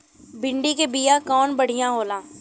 भिंडी के बिया कवन बढ़ियां होला?